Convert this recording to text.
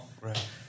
Right